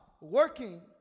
working